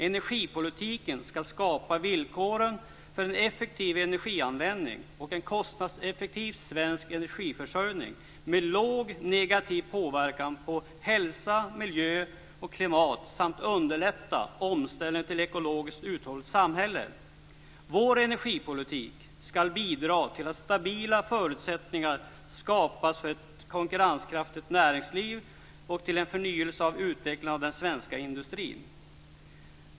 Energipolitiken ska skapa villkoren för en effektiv energianvändning och en kostnadseffektiv svensk energiförsörjning med låg negativ påverkan på hälsa, miljö, och klimat samt underlätta omställningen till ett ekologiskt uthålligt samhälle. Vår energipolitik ska bidra till att stabila förutsättningar skapas för ett konkurrenskraftigt näringsliv och till en förnyelse och utveckling av den svenska industrin.